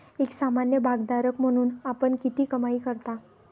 एक सामान्य भागधारक म्हणून आपण किती कमाई करता?